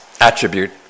attribute